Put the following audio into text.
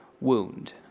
wound